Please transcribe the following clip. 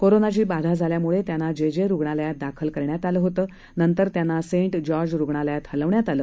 कोरोनाची बाधा झाल्यामुळे त्यांना जे जे रुग्णालयात दाखल करण्यात आलं होतं नंतर त्यांना सेंट जॉर्ज रुग्णालयात हलवण्यात आलं